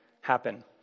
happen